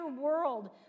world